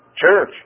church